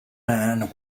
man